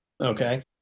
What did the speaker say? Okay